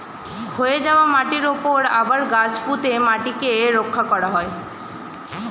ক্ষয়ে যাওয়া মাটির উপরে আবার গাছ পুঁতে মাটিকে রক্ষা করা যায়